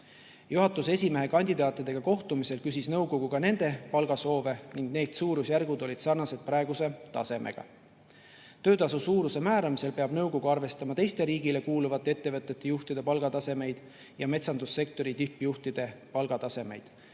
Juhatuse esimehe kandidaatidega kohtumisel küsis nõukogu ka nende palgasoove ning need suurusjärgud olid sarnased praeguse tasemega. Töötasu suuruse määramisel peab nõukogu arvestama teiste riigile kuuluvate ettevõtete juhtide palgatasemeid ja metsandussektori tippjuhtide palgatasemeid